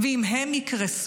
ואם הם יקרסו,